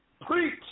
preach